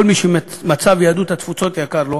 כל מי שמצב יהדות התפוצות יקר לו,